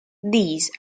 these